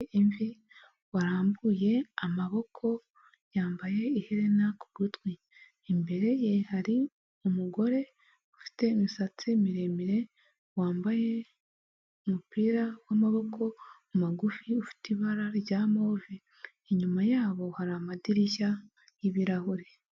Imvi warambuye amaboko yambaye iherena ku gutwi, imbere ye hari umugore ufite imisatsi miremire wambaye umupira w'amaboko magufi ufite ibara rya move, inyuma yabo hari amadirishya y'ibirahure.